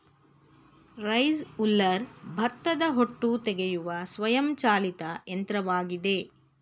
rice huller ಭತ್ತದ ಹೊಟ್ಟು ತೆಗೆಯುವ ಸ್ವಯಂ ಚಾಲಿತ ಯಂತ್ರವಾಗಿದೆ